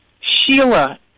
Sheila